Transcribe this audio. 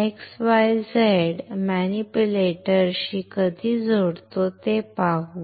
x y z मॅनिपुलेटरशी कधी जोडतो ते पाहू